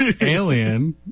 alien